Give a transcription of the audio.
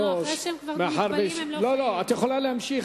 את יכולה להמשיך,